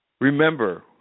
remember